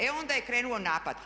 E onda je krenuo napad.